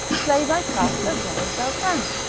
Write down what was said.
play thy cast as well as thou canst.